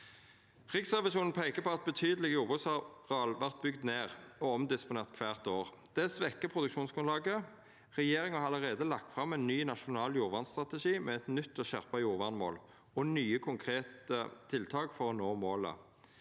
Riksrevisjonen peikar på at betydelege jordbruksareal vert bygde ned og omdisponerte kvart år. Det svekkjer produksjonsgrunnlaget. Regjeringa har allereie lagt fram ein ny nasjonal jordvernstrategi med eit nytt og skjerpa jordvernmål, og nye konkrete tiltak for å nå målet.